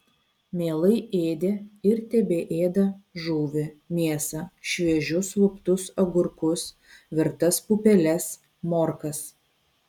mielai ėdė ir tebeėda žuvį mėsą šviežius luptus agurkus virtas pupeles morkas